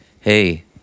hey